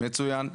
מצוין.